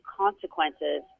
consequences